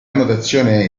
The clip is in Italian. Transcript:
notazione